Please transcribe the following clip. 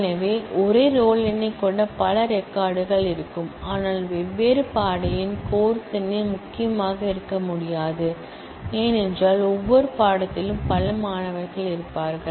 எனவே ஒரே ரோல் எண்ணைக் கொண்ட பல ரெக்கார்ட் கள் இருக்கும் ஆனால் வெவ்வேறு பாட எண் கோர்ஸ் எண்ணே முக்கியமாக இருக்க முடியாது ஏனென்றால் ஒவ்வொரு பாடத்திலும் பல மாணவர்கள் இருப்பார்கள்